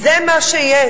זה מה שיש.